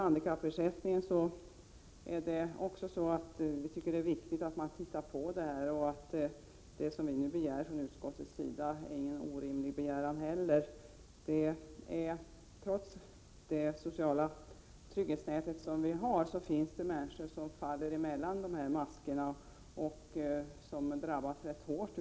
Vi tycker också att det är viktigt att man ser över handikappersättningen. Det som begärs från utskottets sida är ingen orimlig begäran. Trots det sociala trygghetsnätet i vårt land finns det ju människor som faller mellan maskorna och som då drabbas rätt hårt.